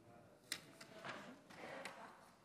חבר הכנסת יצחק